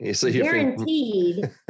Guaranteed